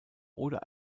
oder